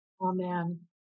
Amen